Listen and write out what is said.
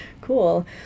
Cool